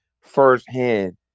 firsthand